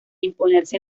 imponerse